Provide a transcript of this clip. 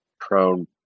prone